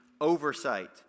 oversight